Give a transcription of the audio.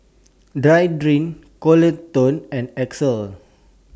Deirdre Coleton and Axel